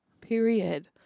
Period